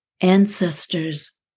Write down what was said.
ancestors